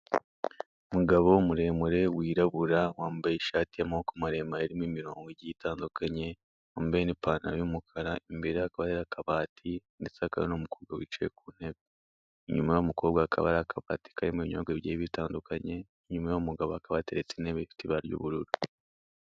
Umugabo muremure wirabura, wambaye ishati y'amaboko maremare, irimo imirongo igiye itandukanye, wambaye n'ipantaro y'umukara, imbereye ye hakaba hari akabati ndetse hakaba hari n'umukobwa wicaye ku ntebe, inyuma y'uwo mukobwa hakaba hari akabato karimo ibinyobwa bigiye bitandukanye, inyuma y'uwo mugabo hakaba hari intebe ifite ibara ry'ubururu.